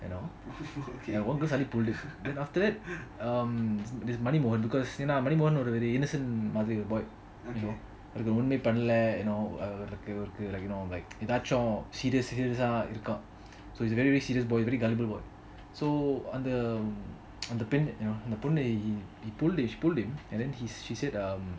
you know one girl suddenly pulled him it then after that um this money மோகன்:mohan because mani மோகன் ஒரு:mohan oru innocent மாதிரி ஒரு:maathiri oru boy because you know ஒன்னுமே பண்ணல:onumey panala you know like ஒருக்கு ஒருக்கு ஏதாச்சும்:oruku oruku eathaachum serious serious இருக்கான்:irukan a very very serious boy a very gullible boy so அந்த பெண்ணே பொண்ணு:antha penne ponnu and then she said um